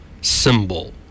symbol